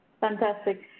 Fantastic